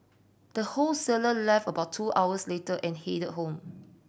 the wholesaler left about two hours later and headed home